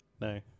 No